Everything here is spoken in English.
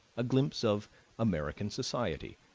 a glimpse of american society,